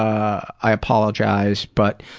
i i apologize, but